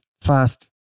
fast